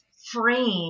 frame